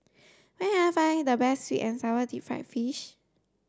where can I find the best sweet and sour deep fried fish